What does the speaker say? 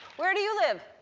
where do you live?